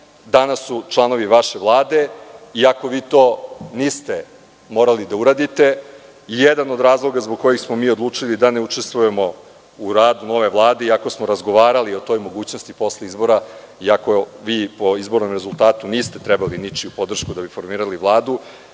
danas su članovi vaše Vlade, iako vi to niste morali da uradite. Jedan od razloga zbog kojih smo mi odlučili da ne učestvujemo u radu nove Vlade, iako smo razgovarali o toj mogućnosti i posle izbora, iako vi po izbornom rezultatu niste trebali ničiju podršku da bi formirali Vladu,